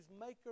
maker